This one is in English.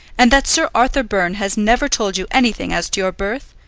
and that sir arthur byrne has never told you anything as to your birth?